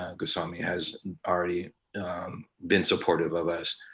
ah goswami has already been supportive of us,